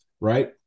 Right